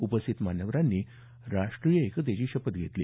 उपस्थित मान्यवरांनी राष्ट्रीय एकतेची शपथ घेतली